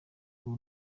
uru